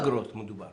בכמה אגרות מדובר?